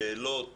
שאלות